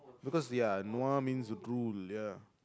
because they are nua mean drools ya